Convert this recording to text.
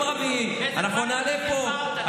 ביום רביעי אנחנו נעלה פה,